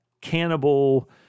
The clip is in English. cannibal